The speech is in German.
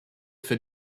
für